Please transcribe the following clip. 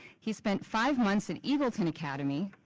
he spent five months in eagleton academy,